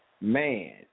Man